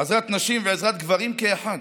עזרת נשים ועזרת גברים כאחד.